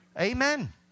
Amen